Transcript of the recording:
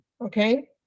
okay